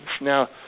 Now